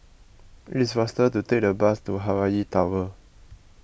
it is faster to take the bus to Hawaii Tower